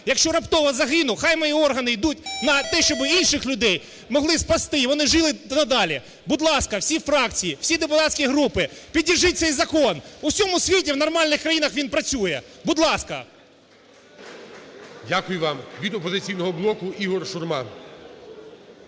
якщо раптово загину, хай мої органи йдуть на те, щоб інших людей могли спасти і вони жили надалі. Будь ласка, всі фракції, всі депутатські групи підтримайте цей закон, у всьому світі в нормальних країнах, він працює. Будь ласка. ГОЛОВУЮЧИЙ. Дякую вам. Від "Опозиційного блоку" ІгорШурма.